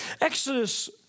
Exodus